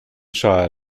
child